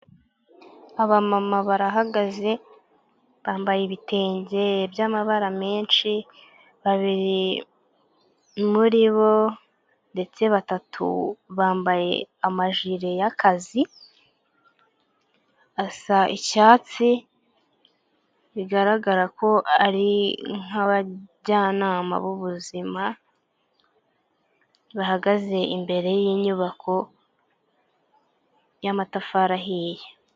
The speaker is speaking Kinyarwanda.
Abamama barahagaze bambaye ibitenge by'amabara menshi babiri muri bo ndetse batatu bambaye amajiri y'akazi, asa icyatsi bigaragara ko ari nkabajyanama b'ubuzima, bahagaze imbere y'inyubako y'amatafari ahiye.